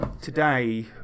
today